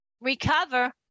Recover